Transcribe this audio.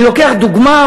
אני לוקח דוגמה,